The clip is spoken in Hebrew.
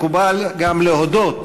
מקובל גם להודות.